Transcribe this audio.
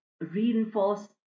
reinforce